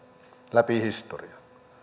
läpi historian